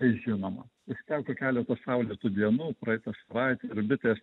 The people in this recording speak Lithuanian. žinoma užteko keleto saulėtų dienų praeitą savaitę ir bitės